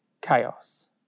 chaos